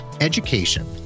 education